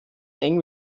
eng